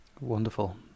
Wonderful